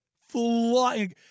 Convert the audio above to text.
Flying